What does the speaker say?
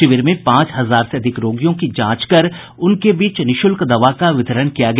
शिविर में पांच हजार से अधिक रोगियों की जांच कर उनके बीच निःशुल्क दवा का वितरण किया गया